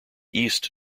east